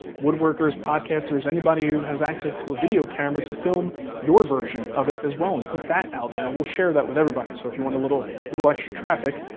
woodworkers, podcasters, anybody who has access to a video camera to film your version of it as well and put that out there and we'll share that with everybody. so if you want a little little extra traffic,